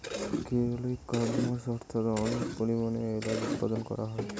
কেরলে কার্ডমমস্ অর্থাৎ অনেক পরিমাণে এলাচ উৎপাদন করা হয়